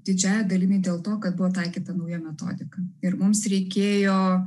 didžiąja dalimi dėl to kad buvo taikyta nauja metodika ir mums reikėjo